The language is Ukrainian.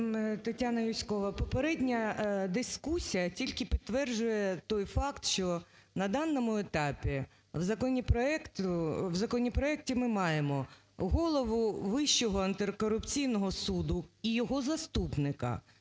Тетяна Юзькова. Попередня дискусія тільки підтверджує той факт, що на даному етапі в законопроекті ми маємо голову Вищого антикорупційного суду і його заступника.